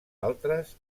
altres